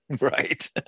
Right